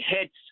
hits